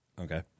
Okay